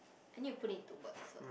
I need to put it into words first